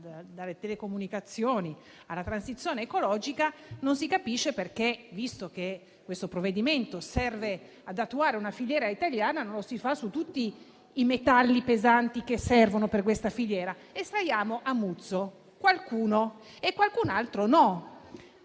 dalle telecomunicazioni alla transizione ecologica. Non si capisce perché, visto che questo provvedimento serve ad attuare una filiera italiana, non lo si fa su tutti i metalli pesanti che servono per questa filiera. Estraiamo "a muzzo": qualcuno sì e qualcun altro no.